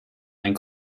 ein